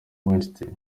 weinstein